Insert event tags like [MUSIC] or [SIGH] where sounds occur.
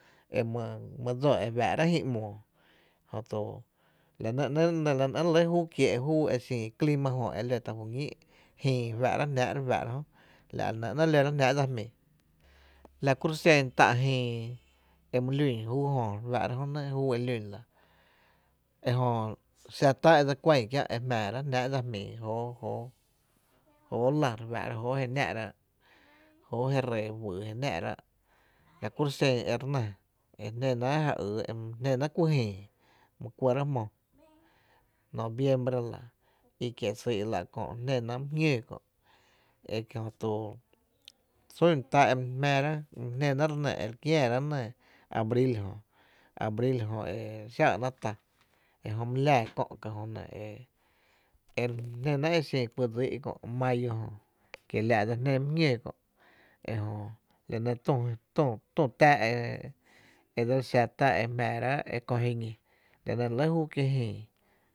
E my dsó e fáá’rá’ jïï ´moo la nɇ nɇɇ’ re lɇ júu kie’ e xin clima jö e lótá’ juñíi’ jïï fáá’ra jnáá’ la nɇ nɇɇ’ loráá’ jnáá’ dsa jmíi la kjuro’ xen tá’ jïI e my lún júu jö e jö xa tá e dse kuɇn kiä’ e jmⱥⱥ rá’ jnáá’ dsa jmíi jóo la re fáá´ra jóo e náá’rá’, jóo re ree juyy jé náá’rá’ la kuro’ xen e re nɇ e re jnénáá’ kuyy jïï jö noviembre la i kie’ syy la kö jné náá’ my jñóó kö’ e kie’ jö to sún tá e my jnénáá’ re nɇ e re kiäärá’ abril jö, abril jö e re xáá’ náá’ tá e jö my laa kö’ ka’ jö nɇ e re jné náá’ kuyy dsíi’ kö mayo jó kiela’ dseli jnén jmý jñóo kö’ e jö la nɇ tü [HESITATION] tü táá’ e dseli xa tá e jmⱥⱥrá’ e kö jiñi, la nɇ re lɇ júu kiee’ jïï.